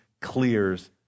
clears